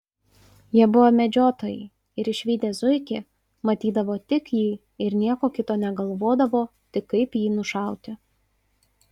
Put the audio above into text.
jie buvo medžiotojai ir išvydę zuikį matydavo tik jį ir nieko kito negalvodavo tik kaip jį nušauti